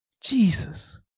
Jesus